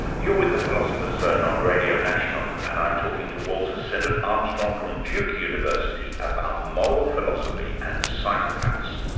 you're with the philosopher's zone on radio national and i'm talking to walter sinnott-armstrong from duke university about moral philosophy and psychopaths.